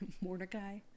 mordecai